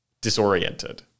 disoriented